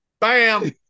Bam